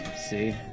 see